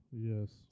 Yes